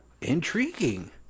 intriguing